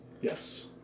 yes